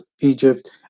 Egypt